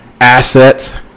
Assets